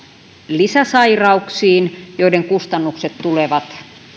lisäsairauksiin joiden kustannukset tulevat